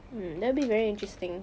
that will be very interesting